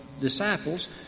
disciples